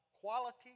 quality